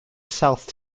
south